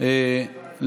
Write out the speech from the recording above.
אכיפה),